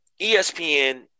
ESPN